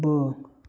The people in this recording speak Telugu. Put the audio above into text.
అబ్బో